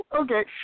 Okay